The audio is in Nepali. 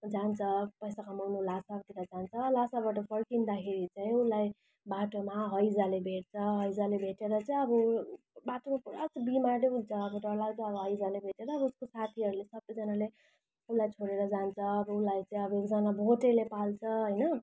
जान्छ पैसा कमाउन ल्हासातिर जान्छ ल्हासाबाट फर्किँदाखेरि चाहिँ उसलाई बाटोमा हैजाले भेटछ हैजाले भेटेर चाहिँ अब ऊ बाटोमा पुरा बिमारी हुन्छ अब डरलाग्दो हैजाले भेटेर अब उसको साथीहरूले सबैजानाले उसलाई छोडेर जान्छ अब उसलाई चाहिँ अब एकजाना भोटेले पाल्छ होइन